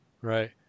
right